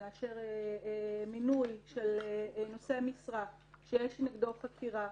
נאשר מינוי של נושא משרה, שיש נגדו חקירה,